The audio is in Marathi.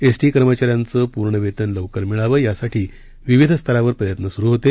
एसटी कर्मचाऱ्यांचे पूर्ण वेतन लवकर मिळावं यासाठी विविध स्तरावर प्रयत्न सुरू होते